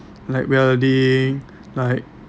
like we are they like